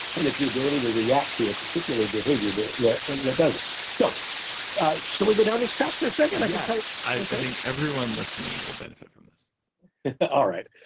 and it's the ability to react to a particular behavior that that does it. so shall we go down this track for a second? yes. i think everyone listening will benefit from this all right.